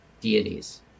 deities